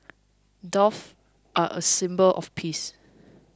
doves are a symbol of peace